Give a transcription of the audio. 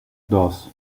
dos